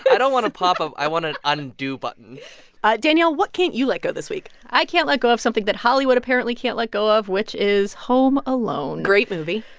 i don't want a pop-up. i want an undo button ah danielle, what can't you let go this week? i can't let go of something that hollywood apparently can't let go of, which is home alone. great movie